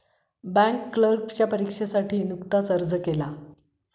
bank क्लर्कच्या परीक्षेसाठी नुकताच अर्ज आला